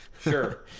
Sure